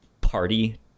party